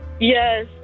Yes